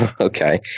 Okay